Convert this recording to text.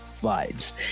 vibes